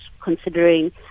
considering